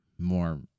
more